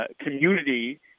community